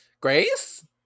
Grace